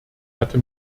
hatte